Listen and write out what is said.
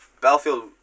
Battlefield